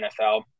NFL